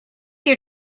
your